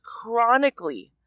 chronically